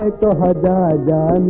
ah da da